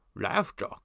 Laughter